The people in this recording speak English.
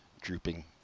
drooping